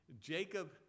Jacob